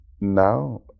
now